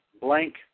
blank